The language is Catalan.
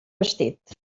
vestit